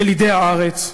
ילידי הארץ.